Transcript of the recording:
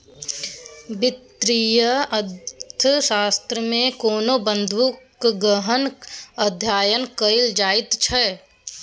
वित्तीय अर्थशास्त्रमे कोनो बिंदूक गहन अध्ययन कएल जाइत छै